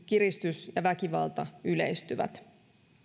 kiristys ja väkivalta yleistyvät